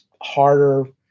harder